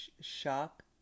Shock